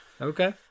Okay